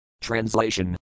Translation